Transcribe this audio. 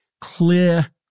clear